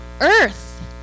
earth